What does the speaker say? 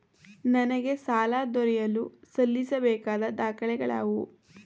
ನನಗೆ ಸಾಲ ದೊರೆಯಲು ಸಲ್ಲಿಸಬೇಕಾದ ದಾಖಲೆಗಳಾವವು?